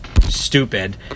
stupid